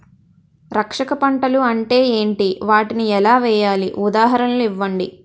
రక్షక పంటలు అంటే ఏంటి? వాటిని ఎలా వేయాలి? ఉదాహరణలు ఇవ్వండి?